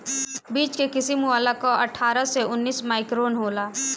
बीच के किसिम वाला कअ अट्ठारह से उन्नीस माइक्रोन होला